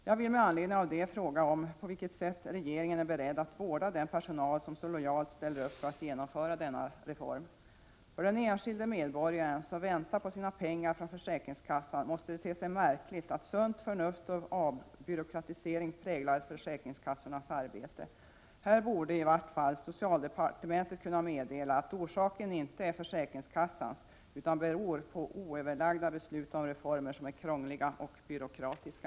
Jag vill med anledning av det jag sagt fråga: På vilket sätt är regeringen beredd att vårda den personal som så lojalt ställer upp för att genomföra denna reform? För den enskilde medborgaren som väntar på sina pengar från försäkringskassan måste det te sig märkligt att sunt förnuft och avbyråkratisering präglar försäkringskassans arbete. Här borde i varje fall socialdepartementet kunna meddela att felet inte är försäkringskassans utan att det beror på oöverlagda beslut om reformer som är krångliga och byråkratiska.